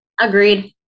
Agreed